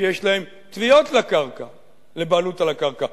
שיש להם תביעות לבעלות על הקרקע,